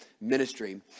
ministry